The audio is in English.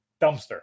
dumpster